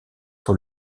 sur